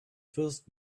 first